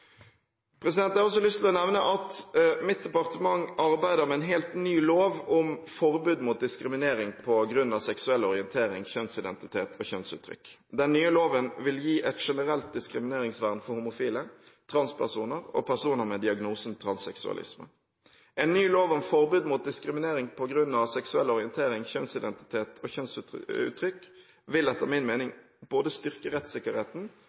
Jeg har også lyst til å nevne at mitt departement arbeider med en helt ny lov om forbud mot diskriminering på grunn av seksuell orientering, kjønnsidentitet og kjønnsuttrykk. Den nye loven vil gi et generelt diskrimineringsvern for homofile, transpersoner og personer med diagnosen transseksualisme. En ny lov om forbud mot diskriminering på grunn av seksuell orientering, kjønnsidentitet og kjønnsuttrykk vil etter min mening både styrke rettssikkerheten